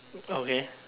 okay